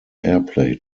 airplay